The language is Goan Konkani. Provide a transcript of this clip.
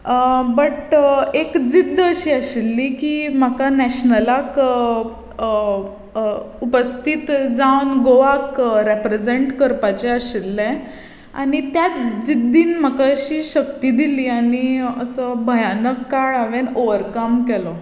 बट एक जिद्द अशी आशिल्ली की म्हाका नॅशनलाक उपस्थीत जावन गोवाक रिप्रझेंट करपाचें आशिल्लें आनी त्याच जिद्दीन म्हाका अशी शक्ती दिली आनी असो भयानक काळ हांवें ओवरकम केलो